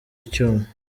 icyuma